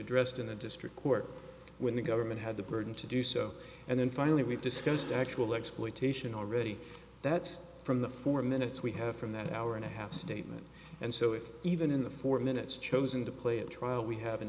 addressed in the district court when the government had the burden to do so and then finally we've discussed actual exploitation already that's from the four minute we have from that hour and a half statement and so if even in the four minutes chosen to play a trial we have an